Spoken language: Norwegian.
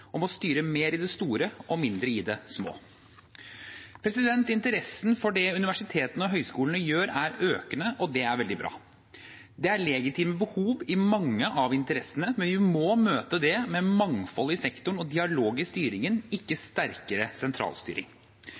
om å styre mer i det store og mindre i det små. Interessen for det universitetene og høyskolene gjør, er økende, og det er veldig bra. Det er legitime behov i mange av interessene, men vi må møte det med mangfold i sektoren og dialog i styringen, ikke sterkere sentralstyring.